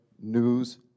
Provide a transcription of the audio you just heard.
news